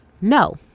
no